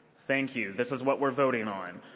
thank you. this is what we're voting on.